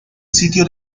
sitio